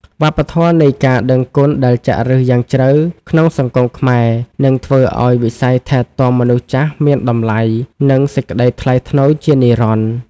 វប្បធម៌នៃការដឹងគុណដែលចាក់ឫសយ៉ាងជ្រៅក្នុងសង្គមខ្មែរ នឹងធ្វើឱ្យវិស័យថែទាំមនុស្សចាស់មានតម្លៃ និងសេចក្តីថ្លៃថ្នូរជានិរន្តរ៍។